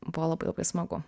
buvo labai labai smagu